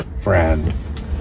friend